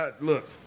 Look